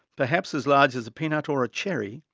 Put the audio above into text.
perhaps as large as a peanut or a cherry,